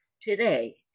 today